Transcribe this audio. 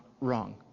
wrong